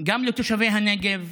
גם לתושבי הנגב,